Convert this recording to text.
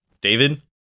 David